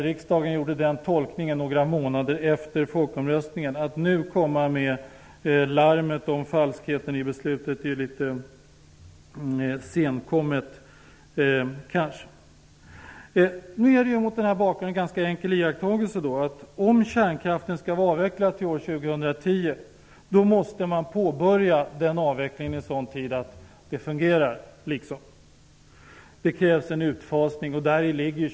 Riksdagen gjorde den tolkningen några månader efter folkomröstningen. Att nu komma med larmet om falskheten i beslutet är litet senkommet. En ganska enkel iakttagelse mot denna bakgrund är att man måste påbörja avvecklingen i sådan tid att det fungerar -- om kärnkraften nu skall vara avvecklad till år 2010. Det krävs en utfasning.